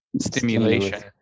stimulation